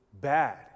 bad